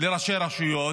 לראשי רשויות,